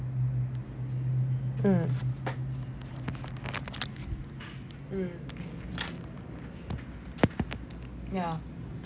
mm mm yeah